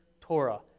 Torah